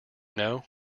know